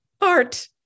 art